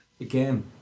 Again